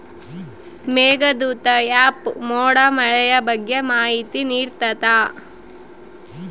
Meghdoot app ಮೋಡ ಮಳೆಯ ಬಗ್ಗೆ ಮಾಹಿತಿ ನಿಡ್ತಾತ